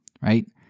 right